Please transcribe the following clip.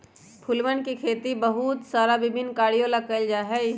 फूलवन के खेती बहुत सारा विभिन्न कार्यों ला कइल जा हई